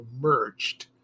merged